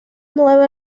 nueva